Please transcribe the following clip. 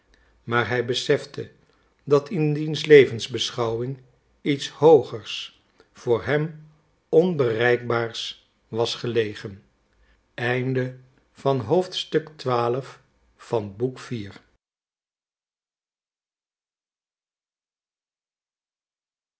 maar hij besefte dat in diens levensbeschouwing iets hoogers voor hem onbereikbaars was gelegen